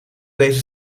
deze